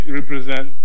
represent